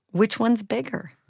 which ones bigger?